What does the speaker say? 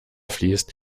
fließt